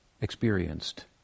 experienced